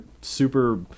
super